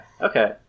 okay